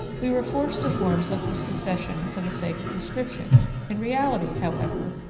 we were forced to form such a succession for the sake of description in reality, however,